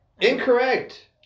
incorrect